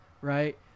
right